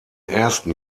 ersten